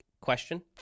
question